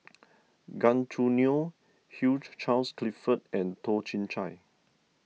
Gan Choo Neo Hugh Charles Clifford and Toh Chin Chye